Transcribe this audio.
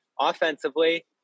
offensively